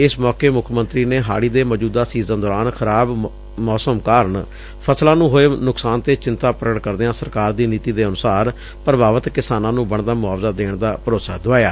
ਇਸ ਮੌਕੇ ਮੁੱਖ ਮੰਤਰੀ ਨੇ ਹਾੜੀ ਦੇ ਮੌਜੂਦਾ ਸੀਜ਼ਨ ਦੌਰਾਨ ਖਰਾਬ ਮੌਸਮ ਕਾਰਨ ਫਸਲਾਂ ਨੂੰ ਹੋਏ ਨੁਕਸਾਨ ਤੇ ਚਿਤਾ ਪ੍ਰਗਟ ਕਰਦਿਆ ਸਰਕਾਰ ਦੀ ਨੀਤੀ ਦੇ ਅਨੁਸਾਰ ਪ੍ਰਭਾਵਿਤ ਕਿਸਾਨਾ ਨੁੰ ਬਣਦਾ ਮੁਆਵਜਾ ਦੇਣ ਦਾ ਭਰੋਸਾ ਦਿਵਾਇਆ